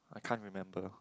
I can't remember